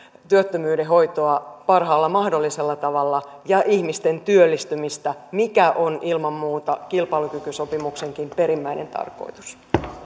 työttömyyden hoitoa parhaalla mahdollisella tavalla ja ihmisten työllistymistä mikä on ilman muuta kilpailukykysopimuksenkin perimmäinen tarkoitus